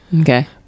Okay